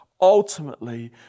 ultimately